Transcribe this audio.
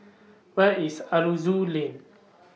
Where IS Aroozoo Lane